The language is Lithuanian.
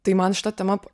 tai man šita tema